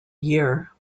year